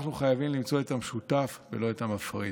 אנחנו חייבים למצוא את המשותף ולא את המפריד.